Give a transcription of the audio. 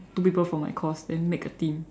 two people from my course then make a team